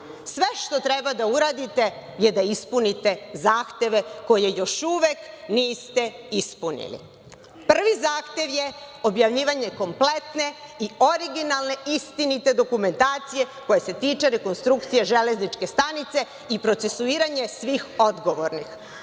sve što treba da uradite je da ispunite zahteve koje još uvek niste ispunili. Prvi zahtev je objavljivanje kompletne i originalne istinite dokumentacije koja se tiče rekonstrukcije železničke stanice i procesuiranje svih odgovornih. Drugi